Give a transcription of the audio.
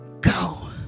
go